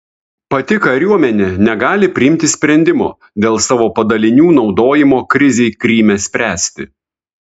pati kariuomenė negali priimti sprendimo dėl savo padalinių naudojimo krizei kryme spręsti